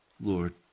Lord